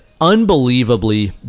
unbelievably